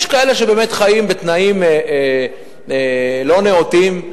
יש כאלה שבאמת חיים בתנאים לא נאותים,